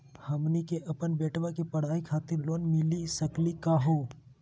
हमनी के अपन बेटवा के पढाई खातीर लोन मिली सकली का हो?